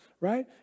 right